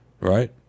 right